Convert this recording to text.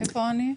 תודה רבה.